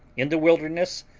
in the wilderness,